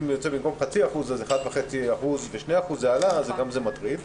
במקום 0.5% זה עלה ל-1.5% או 2%. גם זה מטריד.